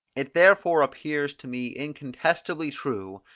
it therefore appears to me incontestably true,